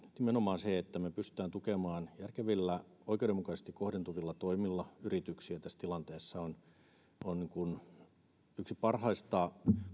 nimenomaan kun me pystymme tukemaan järkevillä oikeudenmukaisesti kohdentuvilla toimilla yrityksiä tässä tilanteessa se on yksi parhaista